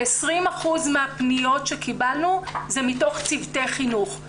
כ-20 אחוזים מהפניות שקיבלנו הן מתוך צוותי חינוך.